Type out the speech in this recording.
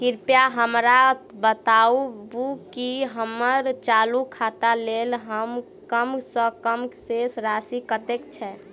कृपया हमरा बताबू की हम्मर चालू खाता लेल कम सँ कम शेष राशि कतेक छै?